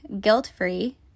guilt-free